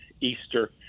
Easter